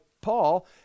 Paul